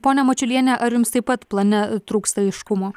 pone mačiuliene ar jums taip pat plane trūksta aiškumo